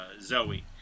zoe